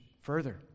further